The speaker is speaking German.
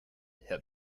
herr